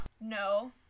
No